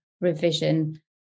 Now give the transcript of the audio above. revision